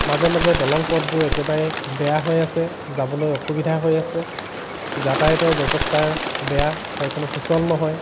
মাজে মাজে দলং পথবোৰ একেবাৰে বেয়া হৈ আছে যাবলৈ অসুবিধা হৈ আছে যাতায়তৰ ব্যৱস্থা বেয়া ঠাইখনো সূচল নহয়